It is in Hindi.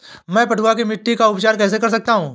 मैं पडुआ की मिट्टी का उपचार कैसे कर सकता हूँ?